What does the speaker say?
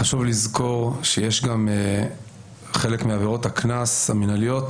חשוב לזכור שעל חלק מעבירות הקנס המינהליות